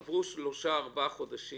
עברו שלושה-ארבעה חודשים,